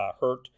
hurt